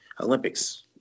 Olympics